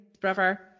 brother